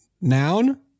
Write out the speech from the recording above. noun